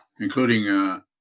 including